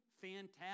fantastic